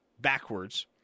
backwards